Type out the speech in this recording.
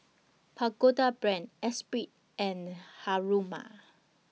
Pagoda Brand Esprit and Haruma